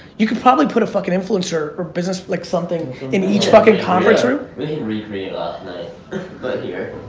you could probably put a fucking influencer or business, like something in each fucking conference room. we can recreate last night here.